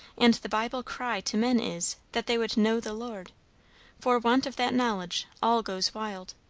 and the bible cry to men is, that they would know the lord for want of that knowledge, all goes wild.